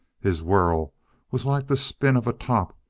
his whirl was like the spin of a top,